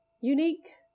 Unique